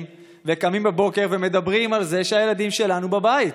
וקמים בבוקר ומדברים על זה שהילדים שלנו בבית?